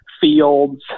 Fields